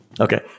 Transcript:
Okay